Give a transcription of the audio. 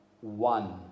one